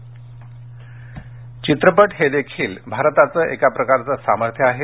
IFFI चित्रपट हेदेखील भारताचं एका प्रकारचं सामर्थ्य आहे